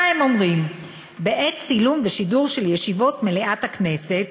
מה הם אומרים: "בעת צילום ושידור של ישיבות מליאת הכנסת,